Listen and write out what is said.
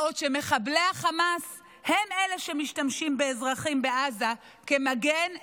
בעוד שמחבלי החמאס הם אלה שמשתמשים באזרחים בעזה כמגן אנושי.